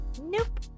Nope